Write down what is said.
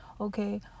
okay